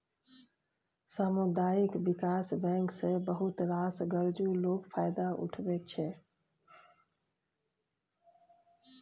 सामुदायिक बिकास बैंक सँ बहुत रास गरजु लोक फायदा उठबै छै